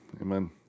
amen